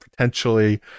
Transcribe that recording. potentially